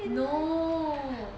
no